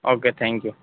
okay thank you